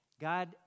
God